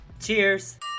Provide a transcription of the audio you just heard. Cheers